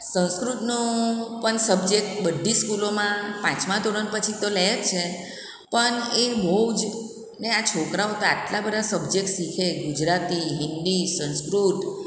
સંસ્કૃતનો પણ સબ્જેક્ટ બધી સ્કૂલોમાં પાંચમા ધોરણ પછી તો લે છે પણ એ બહુ જ ને આ છોકરાઓ તો આટલા બધા સબ્જેક્ટસ શીખે ગુજરાતી હિન્દી સંસ્કૃત